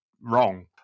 wrong